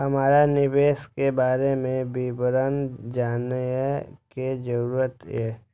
हमरा निवेश के बारे में विवरण जानय के जरुरत ये?